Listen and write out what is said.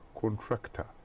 contractor